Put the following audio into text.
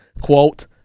quote